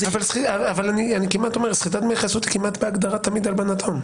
אני כמעט אומר שסחיטת דמי חסות כמעט בהגדרה תמיד היא הלבנת הון.